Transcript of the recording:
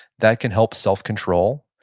that can help self-control.